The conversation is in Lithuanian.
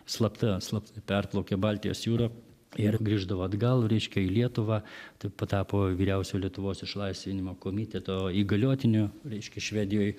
slapta slap perplaukė baltijos jūrą ir grįždavo atgal reiškia į lietuvą taip patapo vyriausio lietuvos išlaisvinimo komiteto įgaliotiniu reiškia švedijoj